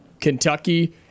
Kentucky